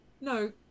No